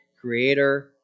creator